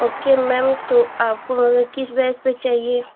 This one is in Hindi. ओके मैम तो आपको किस बेस पर चाहिए